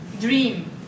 dream